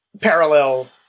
parallel